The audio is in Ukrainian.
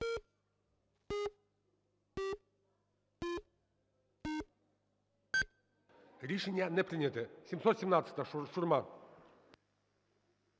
Рішення не прийнято. 717-а, Шурма.